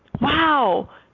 wow